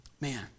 Man